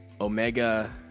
Omega